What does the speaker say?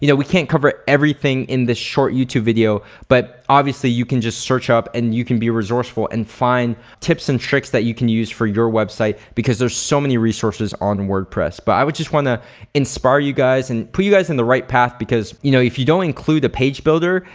you know we can't cover everything in this short youtube video, but obviously you can just search up and you can be resourceful and find tips and tricks that you can use for your website because there's so many resources on wordpress, but i just wanna inspire you guys and put you guys on the right path because you know if you don't include a page builder,